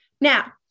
Now